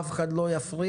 אף אחד לא יפריע,